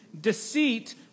deceit